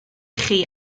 chi